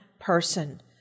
person